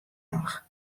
noch